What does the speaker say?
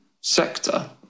sector